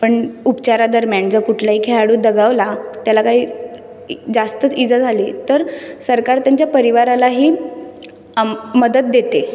पण उपचारादरम्यान जर कुठलाही खेळाडू दगावला त्याला काही इ जास्तच इजा झाली तर सरकार त्यांच्या परिवारालाही मदत देते